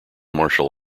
martial